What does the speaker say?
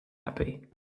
happy